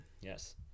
Yes